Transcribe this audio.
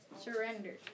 Surrender